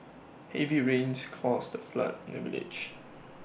heavy rains caused A flood in the village